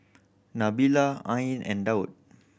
Nabila Ain and Daud